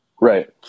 right